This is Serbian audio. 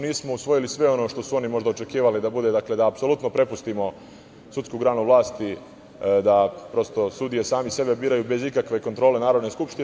Nismo usvojili sve ono što su oni možda očekivali da bude, da apsolutno prepustimo sudsku granu vlasti, da prosto sudije sami sebe biraju bez ikakve kontgrole Narodne skupštine.